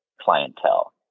clientele